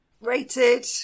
Rated